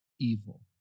evil